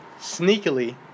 Sneakily